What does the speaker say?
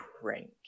prank